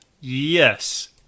Yes